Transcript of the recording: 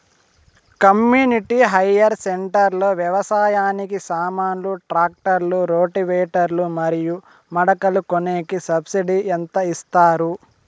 community higher centre లో వ్యవసాయానికి సామాన్లు ట్రాక్టర్లు రోటివేటర్ లు మరియు మడకలు కొనేకి సబ్సిడి ఎంత ఇస్తారు